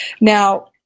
Now